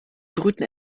brüten